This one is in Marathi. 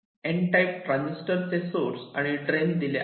N टाईप ट्रांजिस्टर चे सोर्स आणि ड्रेन दिले आहे